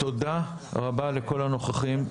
תודה רבה לכל הנוכחים.